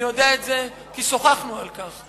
אני יודע את זה, כי שוחחנו על כך.